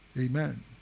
amen